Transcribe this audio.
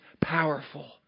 powerful